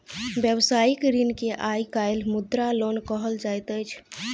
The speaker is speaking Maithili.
व्यवसायिक ऋण के आइ काल्हि मुद्रा लोन कहल जाइत अछि